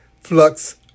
flux